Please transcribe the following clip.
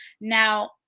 Now